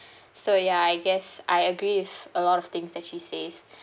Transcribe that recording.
so ya I guess I agree with a lot of things that she says